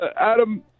Adam